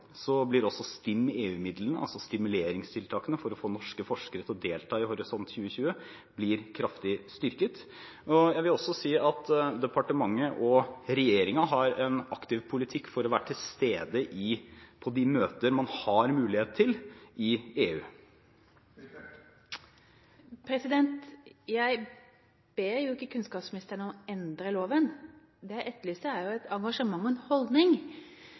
Horisont 2020, kraftig styrket. Jeg vil også si at departementet og regjeringen har en aktiv politikk for å være til stede på de møter man har mulighet til i EU. Jeg ber ikke kunnskapsministeren om å endre loven. Det jeg etterlyser, er et engasjement og en holdning,